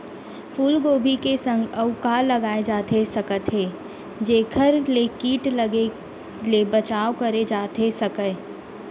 फूलगोभी के संग अऊ का लगाए जाथे सकत हे जेखर ले किट लगे ले बचाव करे जाथे सकय?